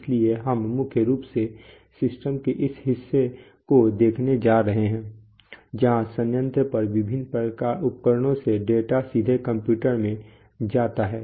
इसलिए हम मुख्य रूप से सिस्टम के इस हिस्से को देखने जा रहे हैं जहां संयंत्र पर विभिन्न उपकरणों से डेटा सीधे कंप्यूटर में जाता है